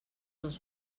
els